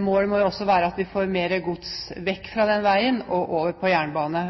målet må også være at vi får mer gods vekk fra den veien og over på jernbane.